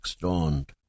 dawned